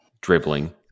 dribbling